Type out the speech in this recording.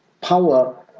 power